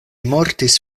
mortis